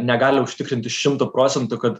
negali užtikrinti šimtu procentų kad